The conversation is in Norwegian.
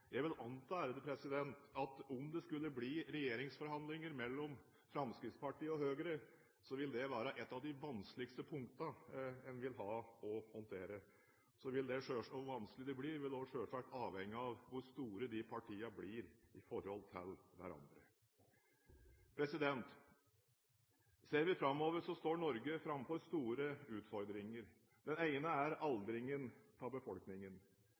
Jeg vil anta at om det skulle bli regjeringsforhandlinger mellom Fremskrittspartiet og Høyre, ville det være et av de vanskeligste punktene en vil ha å håndtere. Hvor vanskelig det vil bli, vil selvsagt også avhenge av hvor store de partiene blir i forhold til hverandre. Ser vi framover, står Norge framfor store utfordringer. Den ene er aldringen av befolkningen.